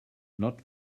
not